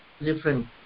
different